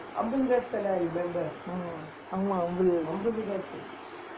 mm ஆமா அம்பது காசு:aamaa ambathu kaasu